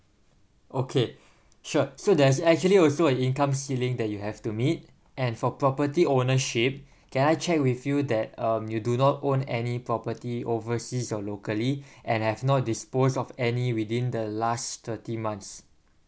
okay sure so there's actually also an income ceiling that you have to meet and for property ownership can I check with you that um you do not own any property overseas or locally and have not disposed of any within the last thirty months